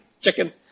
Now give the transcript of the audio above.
chicken